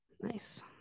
Nice